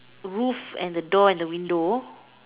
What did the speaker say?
roof and the door and the window